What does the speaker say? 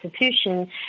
institution